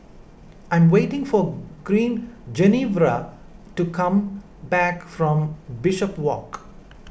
I am waiting for green Genevra to come back from Bishopswalk